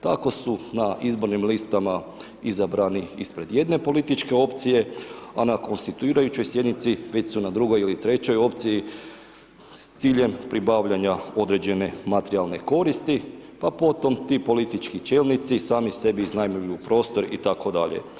Tako su na izbornim listama izabrani ispred jedne političke opcije a na konstituirajućoj sjednici već su na drugoj ili trećoj opciji s ciljem pribavljanja određene materijalne koristi pa potom ti politički čelnici sami sebi iznajmljuju prostor itd.